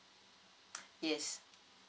yes